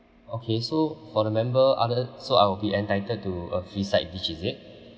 okay so for the member other so I will be entitled to a free side dish is it